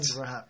rap